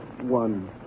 One